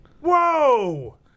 Whoa